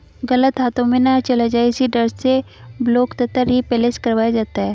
गलत हाथों में ना चला जाए इसी डर से ब्लॉक तथा रिप्लेस करवाया जाता है